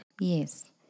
Yes